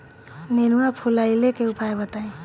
नेनुआ फुलईले के उपाय बताईं?